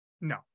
no